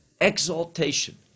exaltation